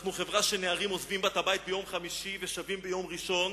אנחנו חברה שנערים עוזבים בה את הבית ביום חמישי ושבים ביום ראשון,